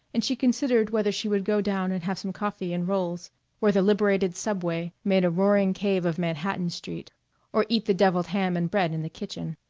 and she considered whether she would go down and have some coffee and rolls where the liberated subway made a roaring cave of manhattan street or eat the devilled ham and bread in the kitchen.